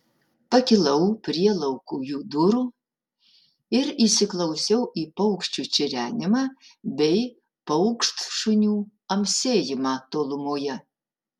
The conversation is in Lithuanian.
pakilau prie laukujų durų ir įsiklausiau į paukščių čirenimą bei paukštšunių amsėjimą tolumoje